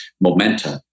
momentum